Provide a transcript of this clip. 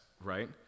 right